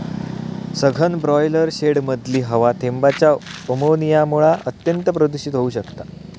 सघन ब्रॉयलर शेडमधली हवा थेंबांच्या अमोनियामुळा अत्यंत प्रदुषित होउ शकता